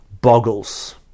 boggles